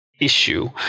Issue